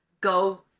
Go